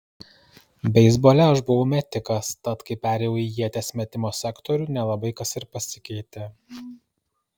beisbole aš buvau metikas tad kai perėjau į ieties metimo sektorių nelabai kas ir pasikeitė